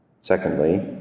Secondly